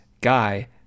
guy